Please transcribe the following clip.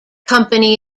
company